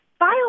File